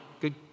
good